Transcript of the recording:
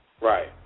Right